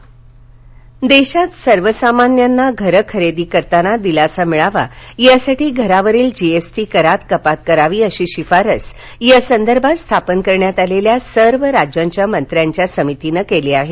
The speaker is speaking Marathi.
जीएसटी घरे देशात सर्वसामान्यांना घर खरेदी करताना दिलासा मिळावा यासाठी घरावरील जीएसटी करात कपात करावी अशी शिफारस यासंदर्भात स्थापन करण्यात आलेल्या सर्व राज्यांच्या मंत्र्यांच्या समितीनं केली आहे